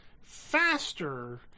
faster